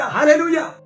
Hallelujah